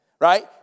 Right